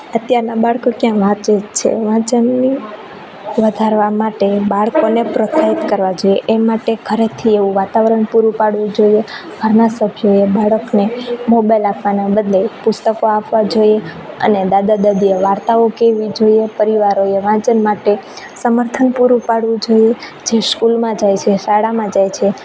અત્યારના બાળકો ક્યાં વાંચે જ છે વાંચનને વધારવા માટે બાળકોને પ્રોત્સાહિત કરવા જોઈએ એ માટે ઘરેથી એવું વાતાવરણ પૂરું પાડવું જોઈએ ઘરના સભ્યોએ બાળકને મોબાઈલ આપવાના બદલે પુસ્તકો આપવા જોઈએ અને દાદા દાદીએ વાર્તાઓ કહેવી જોઈએ પરિવારોએ વાંચન માટે સમર્થન પૂરું પાડવું જોઈએ જે સ્કૂલમાં જાય છે શાળામાં જાય છે